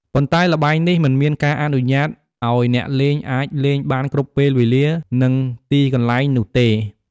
ប៉ុន្តែល្បែងនេះមិនមានការអនុញ្ញាតឱ្យអ្នកលេងអាចលេងបានគ្រប់ពេលវេលា និងទីកន្លែងនោះទេ។